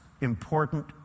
important